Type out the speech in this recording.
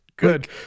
Good